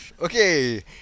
Okay